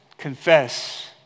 confess